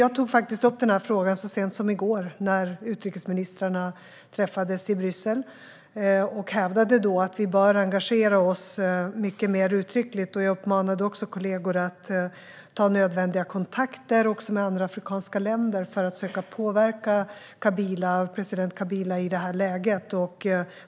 Jag tog upp frågan så sent som i går när utrikesministrarna träffades i Bryssel. Jag hävdade då att vi bör engagera oss mycket mer uttryckligt, och jag uppmanade kollegor att ta nödvändiga kontakter också med andra afrikanska länder för att försöka påverka president Kabila i detta läge.